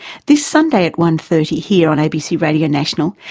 this sunday at one. thirty here on abc radio national,